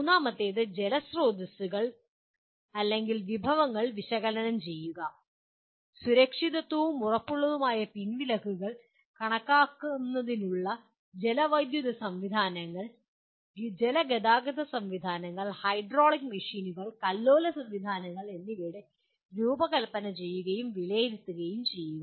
മൂന്നാമത്തേത് ജലസ്രോതസ്സുകൾ വിഭവങ്ങൾ വിശകലനം ചെയ്യുക സുരക്ഷിതവും ഉറപ്പുള്ളതുമായ പിൻവലിക്കലുകൾ കണക്കാക്കുന്നതിനുള്ള ജലവൈദ്യുത സംവിധാനങ്ങൾ ജലഗതാഗത സംവിധാനങ്ങൾ ഹൈഡ്രോളിക് മെഷീനുകൾ സർജ്ജ് സംവിധാനങ്ങൾ എന്നിവ രൂപകൽപ്പന ചെയ്യുകയും വിലയിരുത്തുകയും ചെയ്യുക